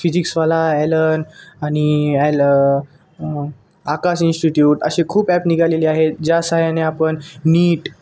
PhysicsWallah Allen आणि ॲल Aakash institute असे खूप ॲप निघालेले आहेत ज्या साह्याने आपण नीट